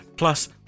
Plus